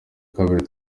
kabiri